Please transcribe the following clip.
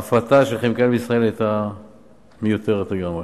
ההפרטה של "כימיקלים לישראל" היתה מיותרת לגמרי.